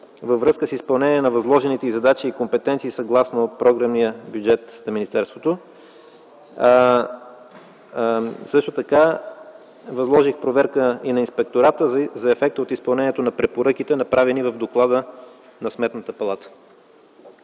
във връзка с изпълнение на възложените й задачи и компетенции съгласно програмния бюджет на министерството. Също така възложих проверка и на Инспектората за ефекта от изпълнението на препоръките, направени в доклада на Сметната палата.